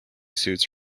suits